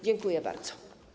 Dziękuję bardzo.